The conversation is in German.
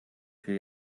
für